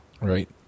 Right